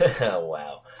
Wow